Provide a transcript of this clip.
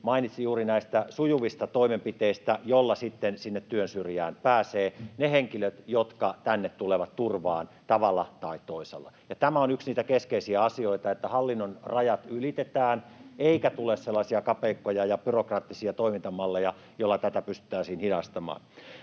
mainitsi juuri näistä sujuvista toimenpiteistä, joilla sitten sinne työnsyrjään pääsevät ne henkilöt, jotka tänne tulevat turvaan tavalla tai toisella, ja tämä on yksi niitä keskeisiä asioita, että hallinnon rajat ylitetään eikä tule sellaisia kapeikkoja ja byrokraattisia toimintamalleja, jotka tätä pystyisivät hidastamaan.